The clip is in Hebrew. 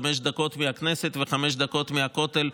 חמש דקות מהכנסת וחמש דקות מהכותל,